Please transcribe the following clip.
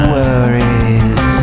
worries